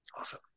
awesome